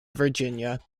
virginia